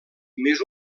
més